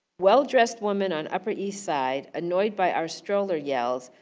well dressed woman on upper east side annoyed by our stroller yells,